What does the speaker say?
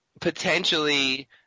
potentially